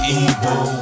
evil